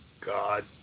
God